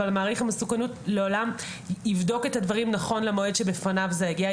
אבל מעריך המסוכנות לעולם יבדוק את הדברים נכון למועד שבפניו זה הגיע.